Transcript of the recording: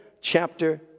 chapter